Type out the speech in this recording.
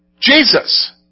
Jesus